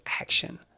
action